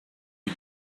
you